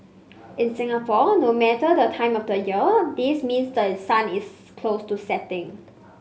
in Singapore no matter the time of the year this means the sun is close to setting